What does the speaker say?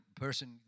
person